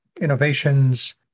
innovations